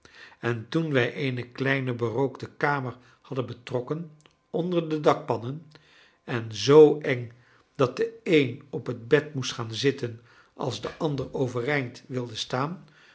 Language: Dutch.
en toen wij eene kleine berookte kamer hadden betrokken onder de dakpannen en zoo eng dat de een op het bed moest gaan zitten als de ander overeind wilde staan